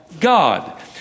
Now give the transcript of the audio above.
God